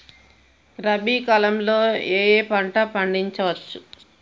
రబీ కాలంలో ఏ ఏ పంట పండించచ్చు?